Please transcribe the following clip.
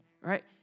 Right